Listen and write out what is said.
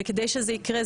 וכדי שזה יקרה,